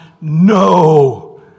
No